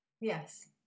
Yes